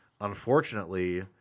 unfortunately